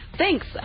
Thanks